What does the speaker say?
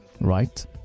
right